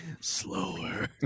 slower